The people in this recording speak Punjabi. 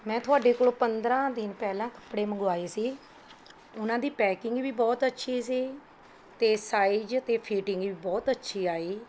ਮੈਂ ਤੁਹਾਡੇ ਕੋਲੋ ਪੰਦਰਾਂ ਦਿਨ ਪਹਿਲਾਂ ਕੱਪੜੇ ਮੰਗਵਾਏ ਸੀ ਉਹਨਾਂ ਦੀ ਪੈਕਿੰਗ ਵੀ ਬਹੁਤ ਅੱਛੀ ਸੀ ਅਤੇ ਸਾਈਜ ਅਤੇ ਫੀਟਿੰਗ ਵੀ ਬਹੁਤ ਅੱਛੀ ਆਈ